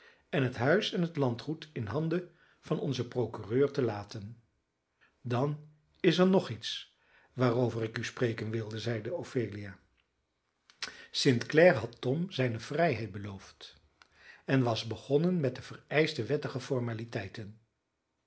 en het huis en het landgoed in handen van onzen procureur te laten dan is er nog iets waarover ik u spreken wilde zeide ophelia st clare had tom zijne vrijheid beloofd en was begonnen met de vereischte wettige formaliteiten